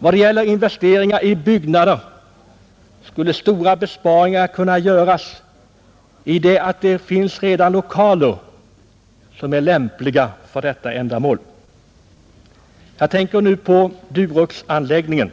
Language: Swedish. Beträffande investeringar i byggnader skulle stora besparingar kunna göras, därför att det redan finns lokaler som är lämpliga för detta ändamål. Jag tänker nu på Duroxanläggningen,